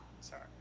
Sorry